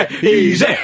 Easy